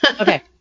okay